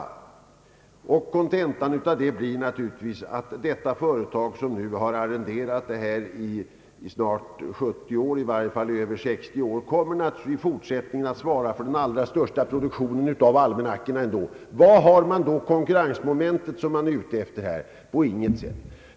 Kontentan av detta blir naturligtvis att det företag som i över 60 år har arrenderat detta privilegium även i fortsättningen kommer att svara för den allra största produktionen av almanackor. Vad blir det då av det konkurrensmoment som man här är ute efter?